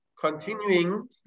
continuing